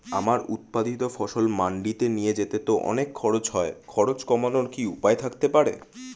আমার উৎপাদিত ফসল মান্ডিতে নিয়ে যেতে তো অনেক খরচ হয় খরচ কমানোর কি উপায় থাকতে পারে?